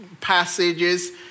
passages